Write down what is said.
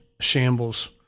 shambles